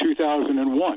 2001